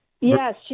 Yes